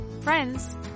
friends